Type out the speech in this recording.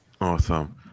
Awesome